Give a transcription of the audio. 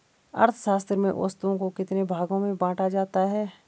अर्थशास्त्र में वस्तुओं को कितने भागों में बांटा जाता है?